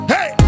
Hey